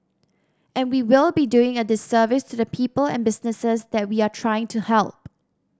and we will be doing a disservice to the people and businesses that we are trying to help